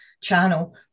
channel